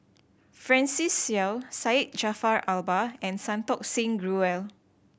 Francis Seow Syed Jaafar Albar and Santokh Singh Grewal